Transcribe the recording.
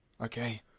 Okay